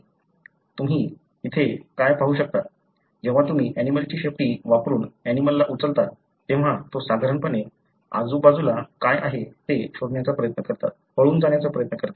तुम्ही येथे काय पाहू शकता जेव्हा तुम्ही ऍनिमलंची शेपटी वापरून ऍनिमलंला उचलता तेव्हा तो साधारणपणे आजूबाजूला काय आहे ते शोधण्याचा प्रयत्न करतात पळून जाण्याचा प्रयत्न करतात